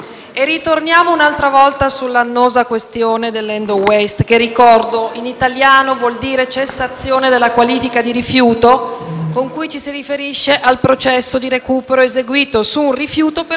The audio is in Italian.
ritorniamo un'altra volta sull'annosa questione dell'*end of waste* che, lo ricordo, in italiano vuol dire «cessazione della qualifica di rifiuto», con cui ci si riferisce al processo di recupero eseguito su un rifiuto per farlo